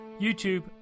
YouTube